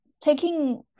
taking